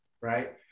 right